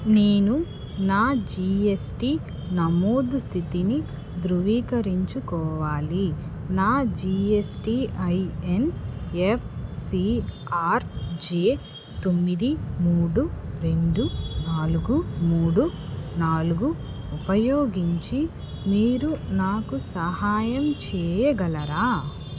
నేను నా జిఎస్టి నమోదు స్థితిని ధృవీకరించుకోవాలి నా జిఎస్టిఐఎన్ ఎఫ్సీ ఆర్జే తొమ్మిది మూడు రెండు నాలుగు మూడు నాలుగు ఉపయోగించి మీరు నాకు సహాయం చెయ్యగలరా